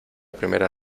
primera